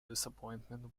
disappointment